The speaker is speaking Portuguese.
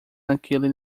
naquele